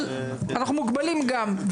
אבל אנחנו מוגבלים גם,